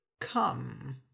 Come